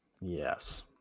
Yes